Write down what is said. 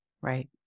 Right